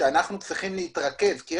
שאנחנו צריכים להתרכז בהם, זה יעזור.